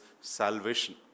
salvation